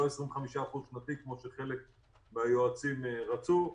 לא 25% שנתי כפי שחלק מן היועצים רצו.